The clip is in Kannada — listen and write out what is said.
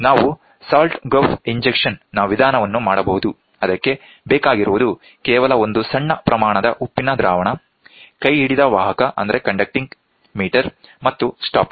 ನಾವು ಸಾಲ್ಟ್ ಗಲ್ಫ್ ಇಂಜೆಕ್ಷನ್ನ ವಿಧಾನವನ್ನು ಮಾಡಬಹುದು ಅದಕ್ಕೆ ಬೇಕಾಗಿರುವುದು ಕೇವಲ ಒಂದು ಸಣ್ಣ ಪ್ರಮಾಣದ ಉಪ್ಪಿನ ದ್ರಾವಣ ಕೈಹಿಡಿದ ವಾಹಕ ಮೀಟರ್ ಮತ್ತು ಸ್ಟಾಪ್ ವಾಚ್